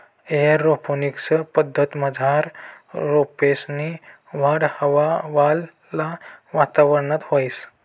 aeroponics पद्धतमझार रोपेसनी वाढ हवावाला वातावरणात व्हस